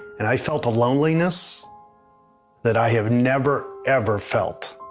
and i felt a loneliness that i have never, ever felt.